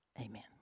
Amen